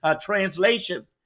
translation